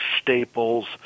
Staples